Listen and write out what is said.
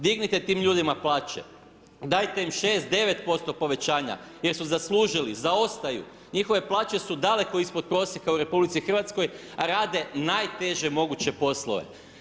Dignite tim ljudima plaće, dajte im šest, devet% povećanja jer su zaslužili, zaostaju, njihove plaće su daleko ispod prosjeka u RH, rade najteže moguće poslove.